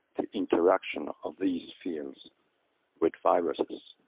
the interaction of these fields with viruses.